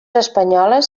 espanyoles